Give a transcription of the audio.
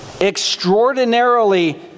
extraordinarily